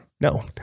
No